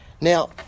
Now